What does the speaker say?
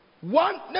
One